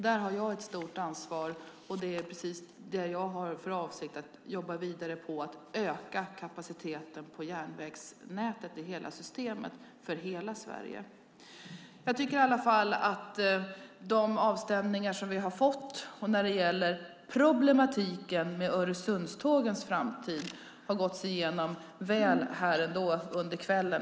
Där har jag ett stort ansvar, och jag har för avsikt att jobba vidare för att öka kapaciteten på järnvägsnätet i hela systemet för hela Sverige. Jag tycker att de avstämningar som vi har fått när det gäller problematiken med Öresundstågens framtid har gåtts igenom väl här under kvällen.